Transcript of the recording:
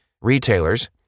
retailers